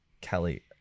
Kelly